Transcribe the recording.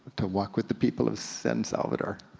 to walk with the people of san salvador.